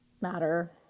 matter